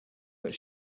that